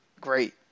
great